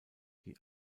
die